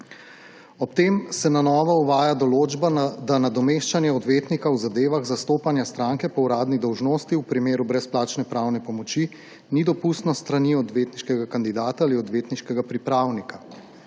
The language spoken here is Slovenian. Ob tem se na novo uvaja določba, da nadomeščanje odvetnika v zadevah zastopanja stranke po uradni dolžnosti v primeru brezplačne pravne pomoči ni dopustno s strani odvetniškega kandidata ali odvetniškega pripravnika.